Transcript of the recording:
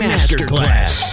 Masterclass